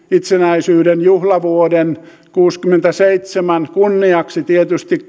itsenäisyyden juhlavuoden kuusikymmentäseitsemän kunniaksi tietysti